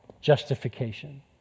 justification